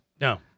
no